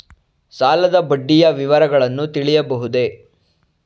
ಸಾಲದ ಬಡ್ಡಿಯ ವಿವರಗಳನ್ನು ತಿಳಿಯಬಹುದೇ?